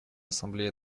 ассамблея